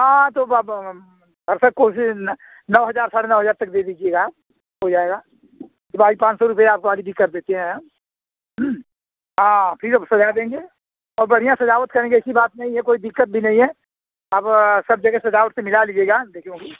हाँ तो भरसक कोशिश नौ हजार साढ़े नौ हजार तक दे दीजिएगा हो जाएगा कि भाई पाँच सौ रुपये आपको आलरेडी कर देते हैं हम हाँ फिर अब सजा देंगे और बढ़ियाँ सजावट करेंगे ऐसी बात नहीं है कोई दिक्कत भी नहीं है आप सब जगह सजावट से मिला लीजिएगा देखे होंगे